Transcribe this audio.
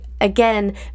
again